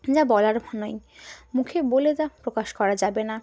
যা বলার ভ নাই মুখে বলে তা প্রকাশ করা যাবে না